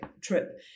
trip